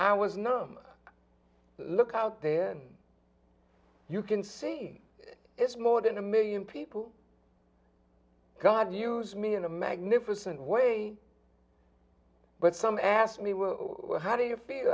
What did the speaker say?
i was numb look out there you can see it's more than a million people god use me in a magnificent way but some asked me how do you feel